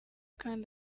kandi